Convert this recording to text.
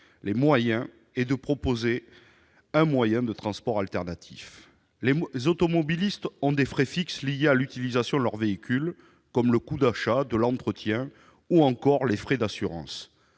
les moyens et de proposer un mode de transport alternatif. Les automobilistes ont des frais fixes liés à l'utilisation de leur véhicule, comme le coût d'achat, l'entretien ou encore les frais d'assurance.